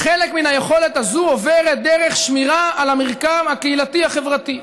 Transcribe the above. חלק מהיכולת הזו עוברת דרך שמירה על המרקם הקהילתי החברתי.